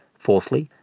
fourthly,